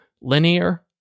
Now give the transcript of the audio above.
linear